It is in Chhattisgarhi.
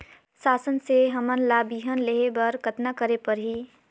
शासन से हमन ला बिहान लेहे बर कतना करे परही?